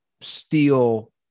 steal